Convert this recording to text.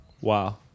Wow